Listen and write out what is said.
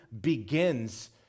begins